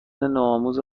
نوآموز